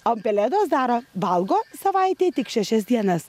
o pelėdos daro valgo savaitėj tik šešias dienas